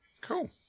Cool